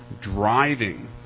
driving